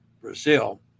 Brazil